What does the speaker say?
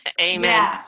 Amen